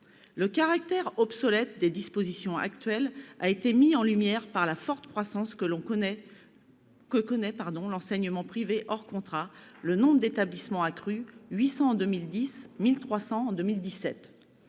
Le caractère obsolète des dispositions actuelles a été mis en lumière par la forte croissance de l'enseignement privé hors contrat. Le nombre d'établissements a crû : 800 en 2010, 1 300 en 2017.